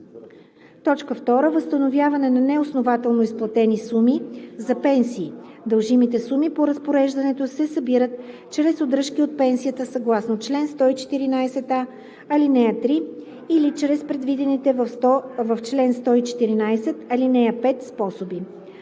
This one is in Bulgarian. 2. възстановяване на неоснователно изплатени суми за пенсии; дължимите суми по разпореждането се събират чрез удръжки от пенсията съгласно чл. 114а, ал. 3 или чрез предвидените в чл. 114, ал. 5 способи.“;